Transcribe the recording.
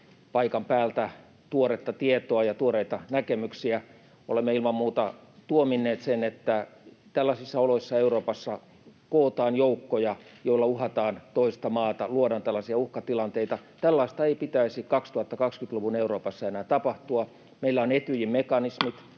paikan päältä tuoretta tietoa ja tuoreita näkemyksiä. Olemme ilman muuta tuominneet sen, että tällaisissa oloissa Euroopassa kootaan joukkoja, joilla uhataan toista maata, luodaan tällaisia uhkatilanteita. Tällaista ei pitäisi 2020-luvun Euroopassa enää tapahtua. [Puhemies